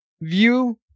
view